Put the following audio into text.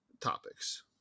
topics